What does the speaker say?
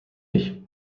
ich